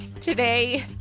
Today